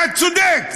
אתה צודק.